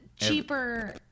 cheaper